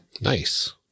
Nice